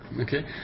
Okay